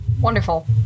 wonderful